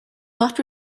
not